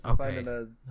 okay